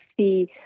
see